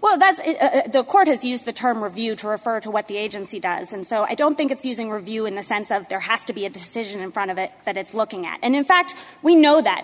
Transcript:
well that the court has used the term review to refer to what the agency does and so i don't think it's using review in the sense of there has to be a decision in front of it that it's looking at and in fact we know that